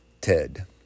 Ted